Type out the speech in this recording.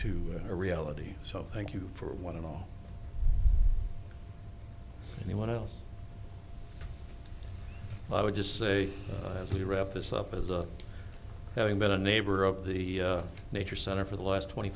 a reality so thank you for one and all anyone else i would just say as we wrap this up as a having been a neighbor of the nature center for the last twenty